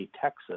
Texas